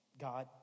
God